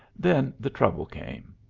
then the trouble came.